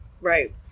Right